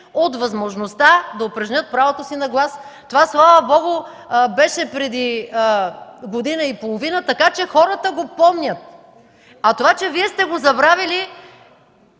от възможността да упражнят правото си на глас! Това, слава Богу, беше преди година и половина и хората го помнят. А Вие сте забравили